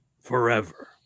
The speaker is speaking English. Forever